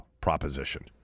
proposition